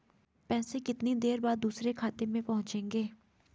पैसे कितनी देर बाद दूसरे खाते में पहुंचेंगे?